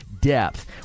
depth